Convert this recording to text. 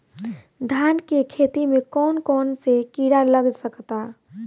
धान के खेती में कौन कौन से किड़ा लग सकता?